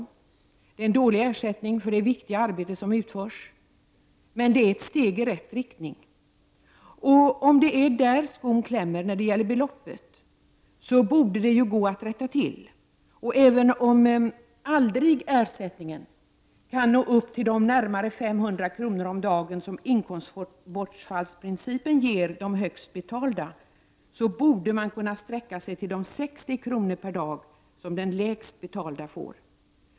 Det är en dålig ersättning för det viktiga arbete som utförs, men det är ett steg i rätt riktning, och om det är när det gäller beloppet som skon klämmer, borde det gå att rätta till. Även om ersättningen aldrig kan nå upp till de närmare 500 kr. om dagen som inkomstbortfallsprincipen ger de högst betalda, borde man kunna sträcka sig till de 60 kr. per dag som de lägst betalda får.